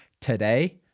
today